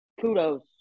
Kudos